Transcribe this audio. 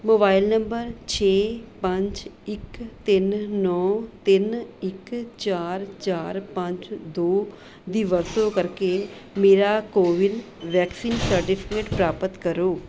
mobile number ਛੇ ਪੰਜ ਇੱਕ ਤਿੰਨ ਨੌ ਤਿੰਨ ਇੱਕ ਚਾਰ ਚਾਰ ਪੰਜ ਦੋ ਦੀ ਵਰਤੋਂ ਕਰਕੇ ਮੇਰਾ ਕੋਵਿਨ ਵੈਕਸੀਨ ਸਰਟੀਫਿਕੇਟ ਪ੍ਰਾਪਤ ਕਰੋ